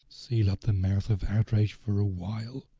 seal up the mouth of outrage for a while,